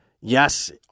yes